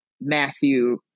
Matthew